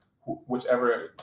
whichever